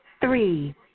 Three